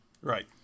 Right